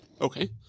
Okay